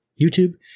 YouTube